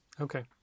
Okay